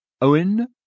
Owen